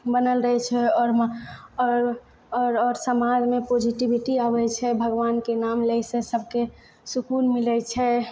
बनल रहैत छै आओर आओर आओर आओर समाजमे पोजिटिविटी आबैत छै भगवानके नाम लएसँ सबके सुकून मिलैत छै